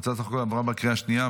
הצעת החוק עברה בקריאה השנייה.